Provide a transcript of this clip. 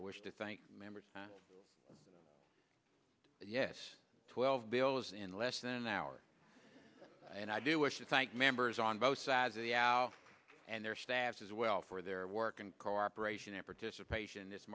i wish to thank members yes twelve bills in less than an hour and i do wish to thank members on both sides of the hour and their staff as well for their work and cooperation in participation in this